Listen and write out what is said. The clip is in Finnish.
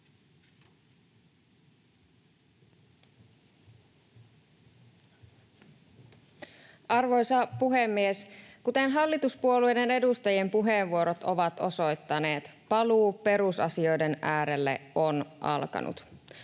Arvoisa puhemies! Kuten hallituspuolueiden edustajien puheenvuorot ovat osoittaneet, paluu perusasioiden äärelle on alkanut.